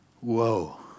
whoa